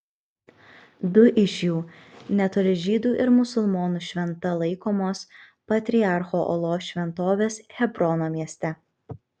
du iš jų netoli žydų ir musulmonų šventa laikomos patriarchų olos šventovės hebrono mieste